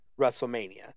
WrestleMania